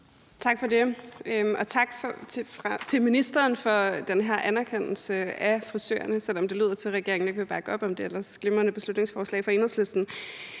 Tak for det, og tak til ministeren for den her anerkendelse af frisørerne, selv om det lød, som om regeringen ikke vil bakke op det ellers glimrende beslutningsforslag fra Enhedslisten.